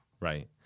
right